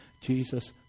Jesus